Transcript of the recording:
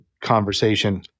conversation